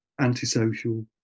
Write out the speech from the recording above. antisocial